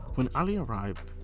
when ali arrived,